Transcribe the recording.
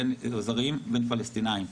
זרים או פלסטיניים.